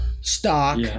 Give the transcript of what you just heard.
stock